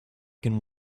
can